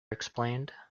explained